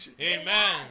Amen